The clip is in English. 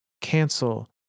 Cancel